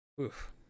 Oof